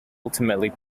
ultimately